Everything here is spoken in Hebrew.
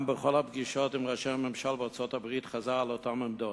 גם בכל הפגישות עם ראשי הממשל בארצות-הברית חזר על אותן עמדות,